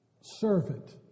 servant